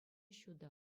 ҫутӑ